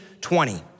20